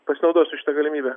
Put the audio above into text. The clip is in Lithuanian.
pasinaudosiu šita galimybe